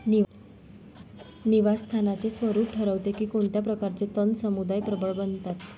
निवास स्थानाचे स्वरूप ठरवते की कोणत्या प्रकारचे तण समुदाय प्रबळ बनतात